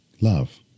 Love